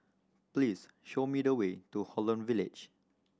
please show me the way to Holland Village